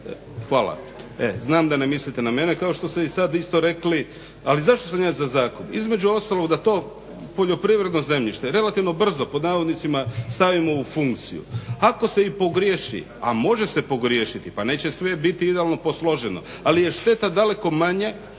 … Znam da ne mislite na mene, kao što ste isto sada rekli. Ali zašto sam ja za zakon? između ostalog da to poljoprivredno zemljište relativno "brzo" stavimo u funkciju. Ako se i pogriješi, a može se pogriješiti pa neće sve biti idealno posloženo, ali je šteta daleko manja